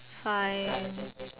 fine